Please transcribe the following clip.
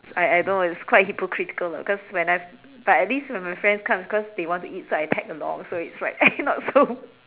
I I know it's quite hypocritical ah because when I but at least when my friends come cause they want to eat so I tag along so it's like not so